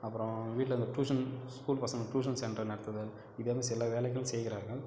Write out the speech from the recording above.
அப்புறம் வீட்டில் இந்த டூஷன் ஸ்கூல் பசங்கள் டூஷன் சென்டர் நடத்துதல் இதது சில வேலைகள் செய்கிறார்கள்